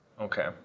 Okay